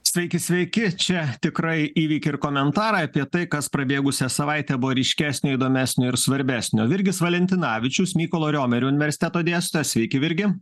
sveiki sveiki čia tikrai įvykiai ir komentarai apie tai kas prabėgusią savaitę buvo ryškesnio įdomesnio ir svarbesnio virgis valentinavičius mykolo riomerio universiteto dėstytojas sveiki virgi